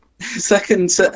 second